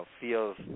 Feels